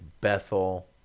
Bethel